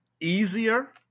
easier